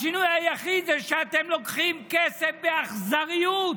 השינוי היחיד זה שאתם לוקחים כסף באכזריות